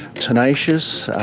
tenacious,